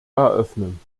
eröffnen